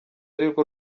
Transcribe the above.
arirwo